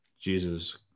Jesus